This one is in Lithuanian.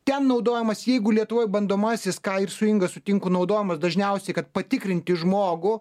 ten naudojamas jeigu lietuvoj bandomasis ką ir su inga sutinku naudojamas dažniausiai kad patikrinti žmogų